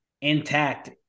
intact